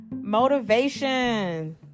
motivation